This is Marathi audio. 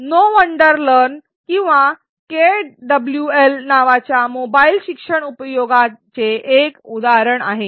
नो वंडर लर्न किंवा केडब्ल्यूएल नावाच्या मोबाइल शिक्षण उपयोजनाचे एक उदाहरण आहे